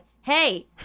Hey